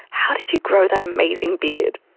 how did you grow that amazing beard?